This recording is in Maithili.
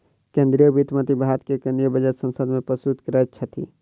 केंद्रीय वित्त मंत्री भारत के केंद्रीय बजट संसद में प्रस्तुत करैत छथि